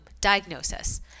diagnosis